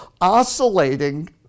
oscillating